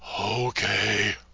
Okay